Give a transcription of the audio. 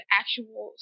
actual